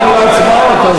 אנחנו תכף נעבור להצבעות,